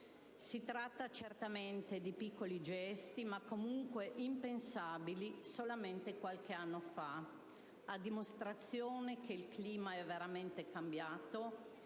Si tratta certamente di piccoli gesti, ma comunque impensabili solamente qualche anno fa, a dimostrazione che il clima è veramente cambiato